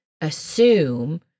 assume